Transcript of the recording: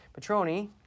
Petroni